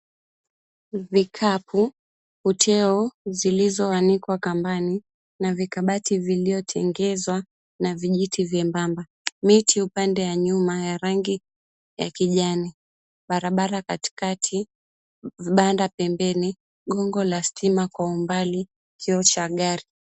Vikapu, uteo zilizoanikwa kambani na vikabati viliotengezwa na vijiti vyembamba. Miti upande ya nyuma ya rangi ya kijani. Barabara katikati, vibanda pembeni, gongo la stima kwa umbali, kioo cha gari.